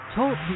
Talk